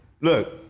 Look